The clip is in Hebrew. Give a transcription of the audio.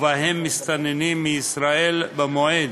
ובהם מסתננים, מישראל במועד